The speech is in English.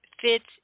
fits